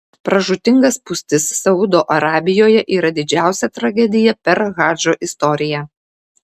pražūtinga spūstis saudo arabijoje yra didžiausia tragedija per hadžo istoriją